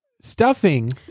Stuffing